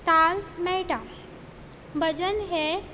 ताल मेळटा भजन हें